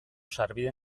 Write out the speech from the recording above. sarbide